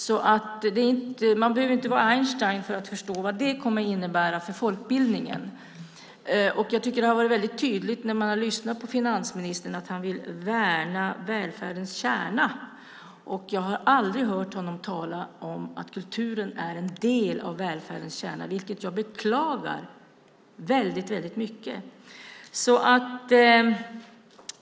Man behöver alltså inte vara Einstein för att förstå vad det kommer att innebära för folkbildningen. Jag tycker att det har varit väldigt tydligt när man har lyssnat på finansministern att han vill värna välfärdens kärna. Jag har aldrig hört honom tala om att kulturen är en del av välfärdens kärna, vilket jag beklagar väldigt mycket.